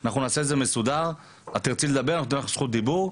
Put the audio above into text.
אנחנו נותנים למשטרה את זכות הדיבור.